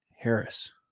Harris